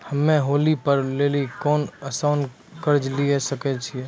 हम्मय होली पर्व लेली कोनो आसान कर्ज लिये सकय छियै?